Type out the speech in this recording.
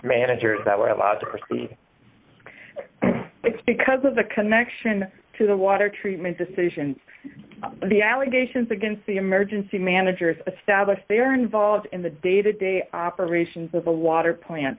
managers that were allowed to proceed it's because of the connection to the water treatment decisions and the allegations against the emergency managers stablish they are involved in the day to day operations of a water plant